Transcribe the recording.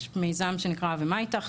יש מיזם שנקרא "ומה איתך",